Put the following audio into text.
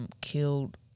killed